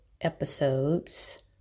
episodes